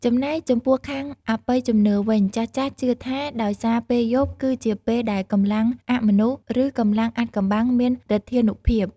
ចំណែកចំពោះខាងអបិយជំនឿវិញ ចាស់ៗជឿថាដោយសារពេលយប់គឺជាពេលដែលកម្លាំងអមនុស្ស ឬកម្លាំងអាថ៌កំបាំងមានឬទ្ធានុភាព។